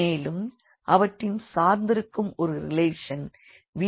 மேலும் அவற்றின் சார்ந்திருக்கும் ஒரு ரிலேஷன் v1v23v3